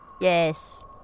Yes